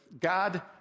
God